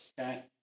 okay